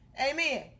amen